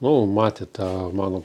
nu matė tą mano